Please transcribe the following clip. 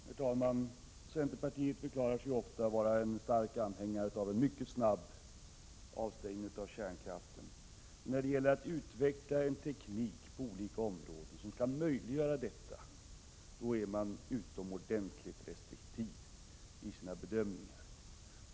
Herr talman! Centerpartiet förklarar sig ofta vara en stark anhängare av en mycket snabb avstängning av kärnkraften. Men när det gäller att på olika områden utveckla teknik som kan möjliggöra detta, då är man utomordentligt restriktiv i sina bedömningar.